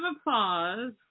applause